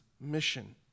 mission